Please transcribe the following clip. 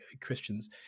Christians